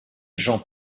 jean